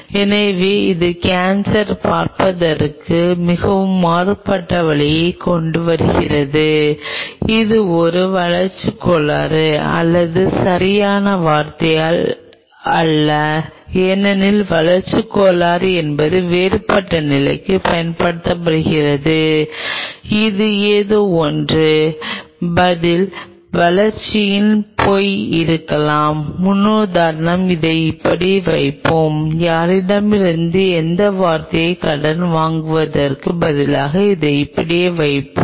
எனவே இது கேன்சர் பார்ப்பதற்கான மிகவும் மாறுபட்ட வழியைக் கொண்டுவருகிறது இது ஒரு வளர்ச்சிக் கோளாறு அல்லது சரியான வார்த்தையால் அல்ல ஏனெனில் வளர்ச்சிக் கோளாறு என்பது வேறுபட்ட நிலைக்கு பயன்படுத்தப்படுகிறது இது ஏதோ ஒன்று பதில் வளர்ச்சியில் பொய் இருக்கலாம் முன்னுதாரணம் இதை இப்படி வைப்போம் யாரிடமிருந்தும் எந்த வார்த்தையையும் கடன் வாங்குவதற்கு பதிலாக இதை இப்படியே வைப்போம்